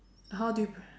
how do you